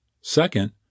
Second